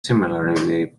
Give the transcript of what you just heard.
similarly